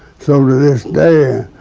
so, to this day,